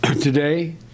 Today